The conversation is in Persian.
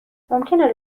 ممکنه